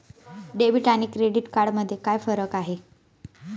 Debit आणि credit card मध्ये काय फरक आहे?